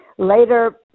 later